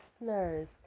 listeners